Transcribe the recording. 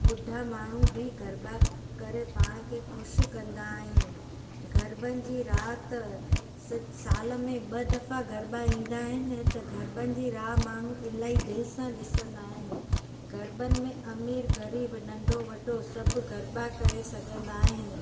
ॿुढा माण्हू बि गरबा करे पाण खे ख़ुशि कंदा आहिनि गरबनि जी राति स साल में ॿ दफ़ा गरबा ईंदा आहिनि त गरबनि जी राति माण्हू इलाही दिलि सां ॾिसंदा आहिनि गरबनि में अमीरु ग़रीबु नंढो वॾो सभु गरबा करे सघंदा आहिनि